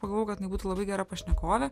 pagalvojau kad jinai būtų labai gera pašnekovė